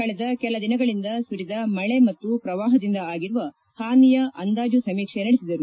ಕಳೆದ ಕೆಲ ದಿನಗಳಿಂದ ಸುರಿದ ಮಳೆ ಮತ್ತು ಪ್ರವಾಹದಿಂದ ಆಗಿರುವ ಹಾನಿಯ ಅಂದಾಜು ಸಮೀಕ್ಷೆ ನಡೆಸಿದರು